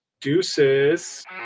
deuces